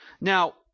Now